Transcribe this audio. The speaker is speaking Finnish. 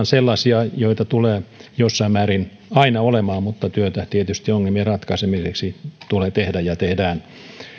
sellaisia joita tulee jossain määrin aina olemaan mutta työtä tietysti ongelmien ratkaisemiseksi tulee tehdä ja tehdään